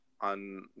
on